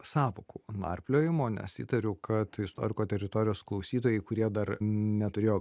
sąvokų narpliojimo nes įtariu kad istoriko teritorijos klausytojai kurie dar neturėjo